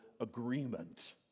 agreement